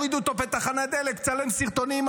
הורידו אותו בתחנת דלק לצלם סרטונים.